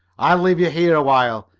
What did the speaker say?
i'll leave you here a while,